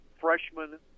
freshman